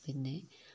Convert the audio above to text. പിന്നെ